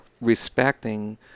respecting